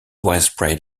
widespread